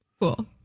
cool